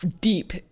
deep